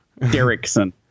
Derrickson